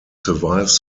survive